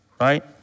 right